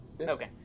okay